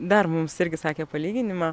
dar mums irgi sakė palyginimą